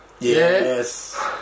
yes